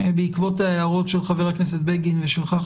בעקבות ההערות של חבר הכנסת בגין ושלך,